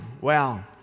Wow